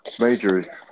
major